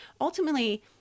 ultimately